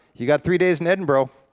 you got three days in edinburgh,